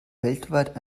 weltweit